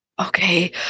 Okay